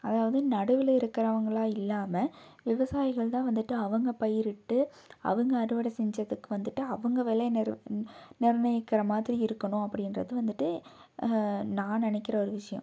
அதாவது நடுவில் இருக்கறவங்கள்லா இல்லாமல் விவசாயிகள் தான் வந்துட்டு அவங்க பயிரிட்டு அவங்க அறுவடை செஞ்சதுக்கு வந்துட்டு அவங்க விலை நிர்ணயிக்கிற மாதிரி இருக்கணும் அப்படின்றது வந்துட்டு நான் நினைக்கிற ஒரு விஷியம்